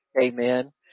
Amen